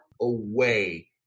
away